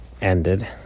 ended